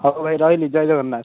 ହଉ ଭାଇ ରହିଲି ଜୟ ଜଗନ୍ନାଥ